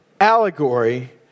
allegory